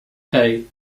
hey